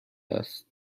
است